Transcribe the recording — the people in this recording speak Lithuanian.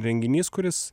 renginys kuris